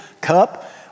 cup